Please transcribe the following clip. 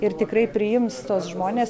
ir tikrai priims tuos žmones